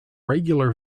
regular